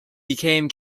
became